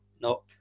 no